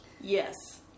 Yes